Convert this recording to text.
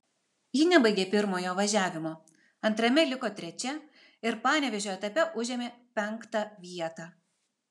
ji nebaigė pirmojo važiavimo antrame liko trečia ir panevėžio etape užėmė penktą vietą